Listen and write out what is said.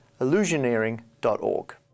illusioneering.org